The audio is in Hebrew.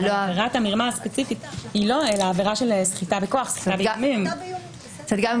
עבירת המרמה הספציפית היא לא --- כלומר גם אם